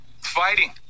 fighting